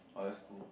!wah! that's cool